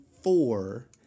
four